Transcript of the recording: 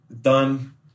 done